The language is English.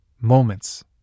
moments